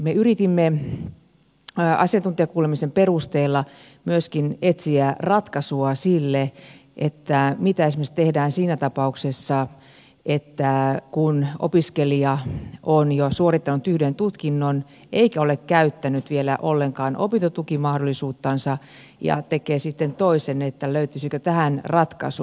me yritimme asiantuntijakuulemisen perusteella myöskin etsiä ratkaisua siihen mitä esimerkiksi tehdään siinä tapauksessa kun opiskelija on jo suorittanut yhden tutkinnon eikä ole käyttänyt vielä ollenkaan opintotukimahdollisuuttansa ja tekee sitten toisen löytyisikö muun muassa tähän asiaan ratkaisu